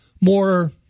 more